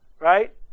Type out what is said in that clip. right